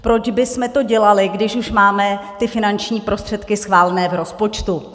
Proč bychom to dělali, když už máme ty finanční prostředky schválené v rozpočtu.